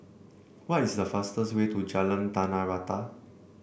what is the fastest way to Jalan Tanah Rata